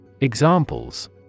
Examples